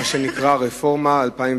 מה שנקרא: רפורמה 2010,